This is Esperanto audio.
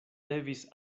devis